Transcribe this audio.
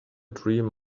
dream